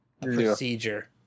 procedure